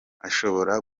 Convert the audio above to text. ashobora